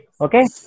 Okay